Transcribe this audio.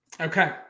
okay